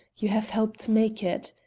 you have helped make it.